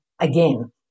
again